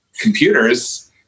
computers